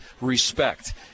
respect